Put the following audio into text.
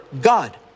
God